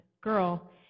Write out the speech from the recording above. girl